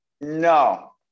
No